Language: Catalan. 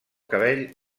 cabell